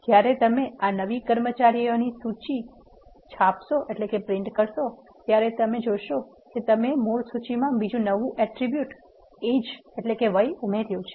જ્યારે તમે આ નવી કર્મચારીની કોઈ સૂચિ છાપશો ત્યારે તમે જોશો કે તમે મૂળ સૂચિમાં બીજુ નવું એટ્રીબ્યુટ વય ઉમેર્યું છે